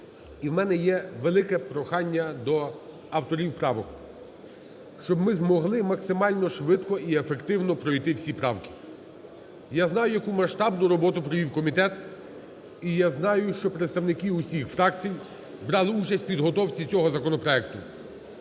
І в мене є велике прохання до авторів правок, щоб ми змогли максимально швидко і ефективно пройти всі правки. Я знаю, яку масштабну роботу провів комітет, і я знаю, що представники усіх фракцій брали участь в підготовці цього законопроекту.